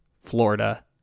Florida